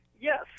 Yes